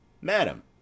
madam